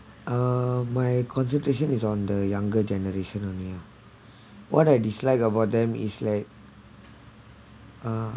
uh my concentration is on the younger generation only what I dislike about them is like uh